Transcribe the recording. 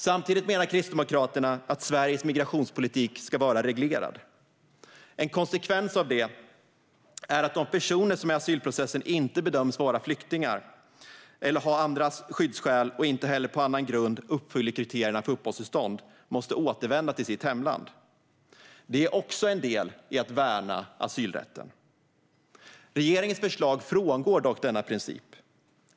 Samtidigt menar Kristdemokraterna att Sveriges migrationspolitik ska vara reglerad. En konsekvens av det är att de personer som i asylprocessen inte bedöms vara flyktingar eller ha andra skyddsskäl och inte heller på annan grund uppfyller kriterierna för uppehållstillstånd måste återvända till sitt hemland. Det är också en del i att värna asylrätten. Regeringens förslag frångår dock denna princip.